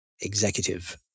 executive